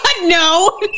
no